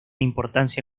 importancia